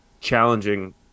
challenging